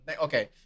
okay